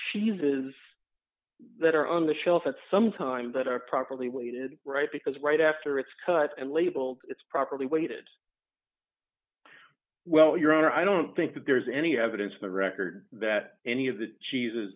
cheeses that are on the shelf at some time that are properly weighted right because right after it's cut and labeled it's properly weighted well your honor i don't think there's any evidence of a record that any of the cheeses